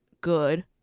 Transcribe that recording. good